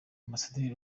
ambasaderi